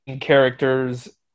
characters